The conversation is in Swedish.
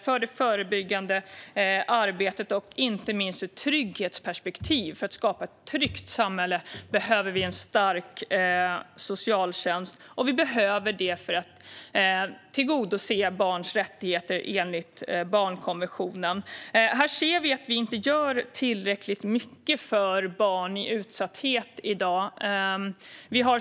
För det förebyggande arbetet och inte minst för att skapa ett tryggt samhälle behöver vi en stark socialtjänst. Vi behöver det även för att tillgodose barns rättigheter enligt barnkonventionen. Vi gör inte tillräckligt mycket för barn i utsatthet i dag.